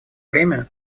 время